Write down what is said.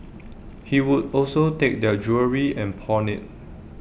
he would also take their jewellery and pawn IT